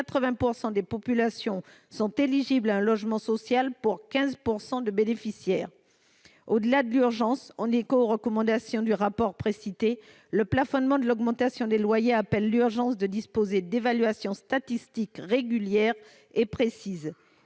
80 % des populations sont éligibles à un logement social, pour 15 % de bénéficiaires. Au-delà de l'urgence, en écho aux recommandations du rapport précité, le plafonnement de l'augmentation des loyers rappelle l'urgence de disposer d'évaluations statistiques régulières et précises.